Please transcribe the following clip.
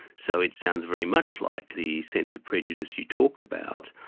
so it sounds very much like the sense of prejudice you talk about.